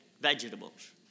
vegetables